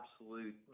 absolute